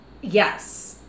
Yes